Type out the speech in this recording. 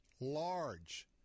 large